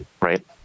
right